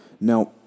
now